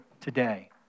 today